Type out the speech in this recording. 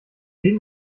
wen